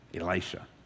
Elisha